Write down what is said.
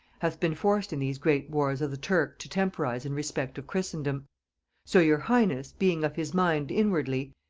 hath been forced in these great wars of the turk to temporise in respect of christendom so your highness, being of his mind inwardly,